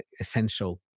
essential